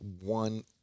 one